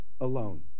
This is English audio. alone